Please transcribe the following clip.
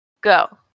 go